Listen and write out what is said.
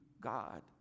God